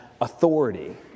authority